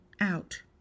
Out